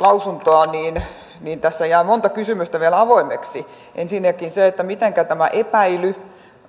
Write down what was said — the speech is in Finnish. lausuntoa niin niin tässä jää monta kysymystä vielä avoimeksi ensinnäkin se mitenkä tämä epäily